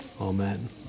Amen